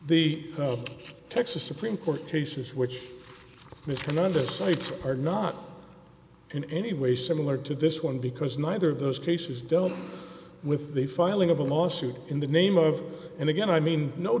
the texas supreme court cases which the united states are not in any way similar to this one because neither of those cases dealt with the filing of a lawsuit in the name of and again i mean no